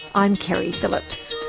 i'm keri phillips.